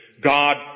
God